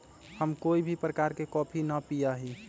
हम कोई भी प्रकार के कॉफी ना पीया ही